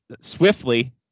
swiftly